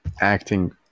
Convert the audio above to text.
acting